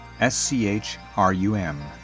S-C-H-R-U-M